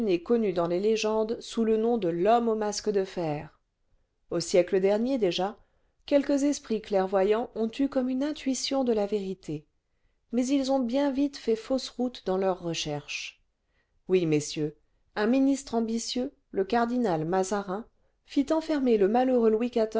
connu dans les légendes sous le nom de vjwmme au masque de fer au siècle dernier déjà quelques esprits clairvoyants ont eu comme une intuition de la vérité mais ils ont bien vite fait fausse route dans leurs recherches oui messieurs un ministre ambitieux le cardinal mazarin fit enfermer le malheureux